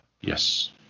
Yes